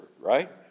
right